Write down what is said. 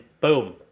boom